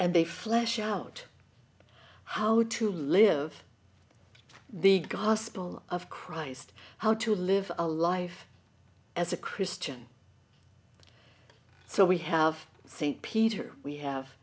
and they flesh out how to live the gospel of christ how to live a life as a christian so we have st peter we have